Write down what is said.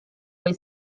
või